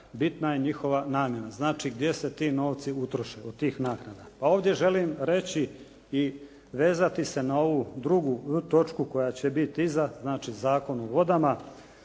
bitna je njihova namjena, znači gdje se ti novci utroše od tih naknada. Ovdje želim reći i vezati se na ovu drugu točku koja će biti iza Zakon o vodama